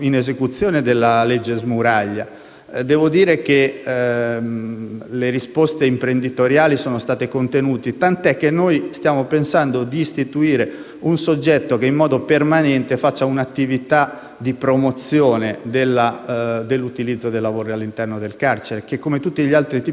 Devo dire che le risposte imprenditoriali sono state contenute, tanto che noi stiamo pensando di istituire un soggetto che in modo permanente svolga un'attività di promozione dell'utilizzo del lavoro all'interno del carcere, che, come tutti gli altri tipi di lavoro, funziona se si